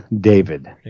David